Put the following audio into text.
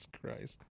christ